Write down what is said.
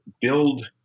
build